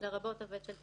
כן, עשינו פה קצת